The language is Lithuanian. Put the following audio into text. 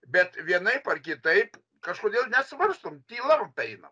bet vienaip ar kitaip kažkodėl nesvarstom tyla apeinam